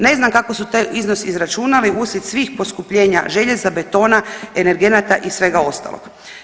Ne znam kako su taj iznos izračunali uslijed svih poskupljenja željeza, betona, energenata i svega ostalog.